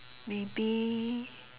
maybe